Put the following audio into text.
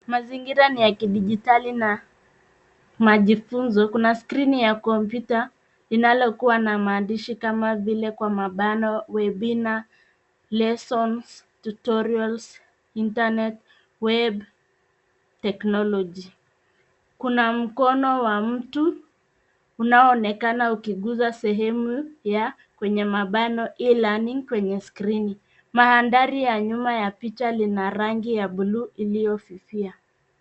Mazingira ni ya kidijitali na majifunzo. Kuna skrini ya kompyuta inalokuwa na maandishi kama vile webinar, lessons, tutorials, internet, web, technology . Kuna mkono wa mtu unaonekana ukiguza sehemu ya E-Learning kwenye skrini Mandhari ya nyuma ya picha lina rangi ya buluu iliyofifia.